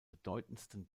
bedeutendsten